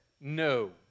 No